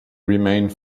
remained